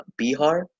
Bihar